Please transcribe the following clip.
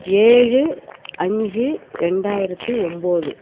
ஏழு அஞ்சு ரெண்டாயிரத்தி ஒன்போது